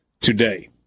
today